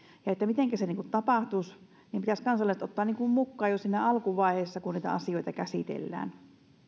siihen mitenkä se tapahtuisi kansalaiset pitäisi ottaa mukaan jo siinä alkuvaiheessa kun niitä asioita käsitellään